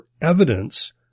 evidence